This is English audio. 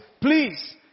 Please